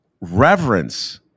reverence